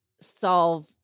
solve